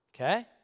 Okay